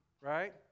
right